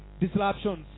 disruptions